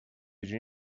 جوری